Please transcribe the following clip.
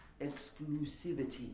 Exclusivity